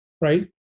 right